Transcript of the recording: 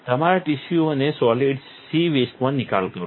તમામ ટિશ્યુઓને solid C વેસ્ટમાં નિકાલ કરો